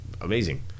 Amazing